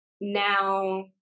now